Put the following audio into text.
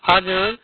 हजुर